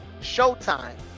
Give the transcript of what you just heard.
showtime